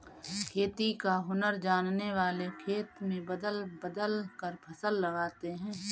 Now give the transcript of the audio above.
खेती का हुनर जानने वाले खेत में बदल बदल कर फसल लगाते हैं